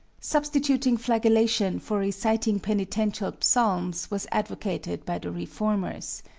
substituting flagellation for reciting penitential psalms was advocated by the reformers.